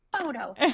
photo